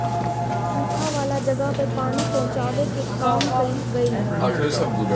सुखा वाला जगह पे पानी पहुचावे के काम कइल गइल